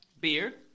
beer